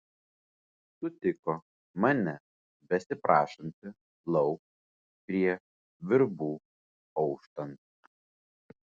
sutiko mane besiprašantį lauk prie virbų auštant